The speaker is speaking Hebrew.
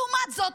לעומת זאת,